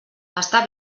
està